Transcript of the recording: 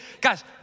Guys